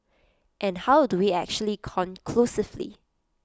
and how do we actually conclusively